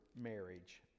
marriage